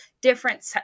different